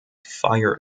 fire